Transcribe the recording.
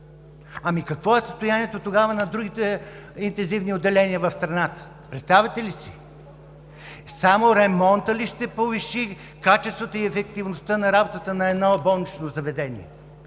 Какво е състоянието на другите интензивни отделения в страната? Представяте ли си?! Ремонтът ли ще повиши качеството и ефективността на работата на едно болнично заведение?!